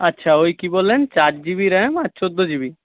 আচ্ছা ওই কি বললেন চার জিবি র্যাম আর চৌদ্দো জিবি